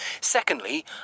Secondly